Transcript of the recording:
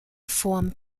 form